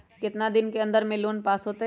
कितना दिन के अन्दर में लोन पास होत?